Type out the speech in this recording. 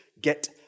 get